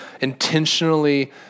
intentionally